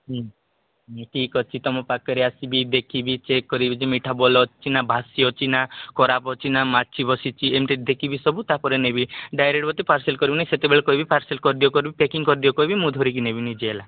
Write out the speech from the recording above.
ହୁଁ ହୁଁ ଠିକ୍ ଅଛି ତୁମ ପାଖରେ ଆସିବି ଦେଖିବି ଚେକ୍ କରିବି ଯେ ମିଠା ଭଲ ଅଛି ନାଁ ବାସି ଅଛି ନା ଖରାପ ଅଛି ନା ମାଛି ବସିଛି ଏମିତି ଦେଖିବି ସବୁ ତାପରେ ନେବି ଡାଇରେକ୍ଟ୍ ମୋତେ ପାର୍ସଲ୍ କରିବ ନାହିଁ ସେତେବେଳେ କହିବି ପାର୍ସଲ୍ କରିଦିଅ କରିବ ପେକିଙ୍ଗ୍ କରିଦିଅ କହିବି ମୁଁ ଧରିକି ନେବି ନିଜେ ହେଲା